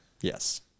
Yes